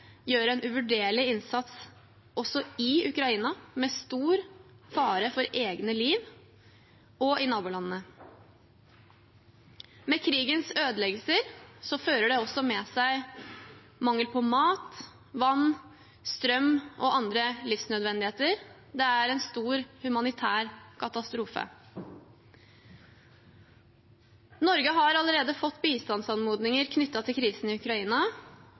gjør en uvurderlig innsats i Ukraina – med stor fare for eget liv – og i nabolandene. Krigens ødeleggelser fører også med seg mangel på mat, vann, strøm og andre livsnødvendigheter. Det er en stor humanitær katastrofe. Norge har allerede fått bistandsanmodninger knyttet til krisen i Ukraina,